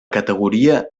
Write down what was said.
categoria